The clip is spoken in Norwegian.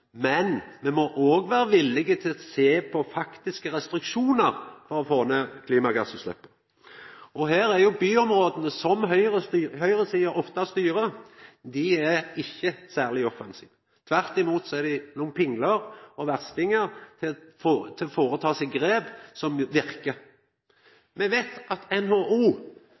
men me må òg vera villige til å sjå på faktiske restriksjonar for å få ned klimagassutsleppa. Her er byområda, som høgresida ofte styrer, ikkje særleg offensive. Tvert imot er dei pingler og verstingar når det gjeld å føreta grep som verkar. NHO spør oss i SV om me ikkje kan få innført rushtidsavgift, som dei har gjort i Stockholm, slik at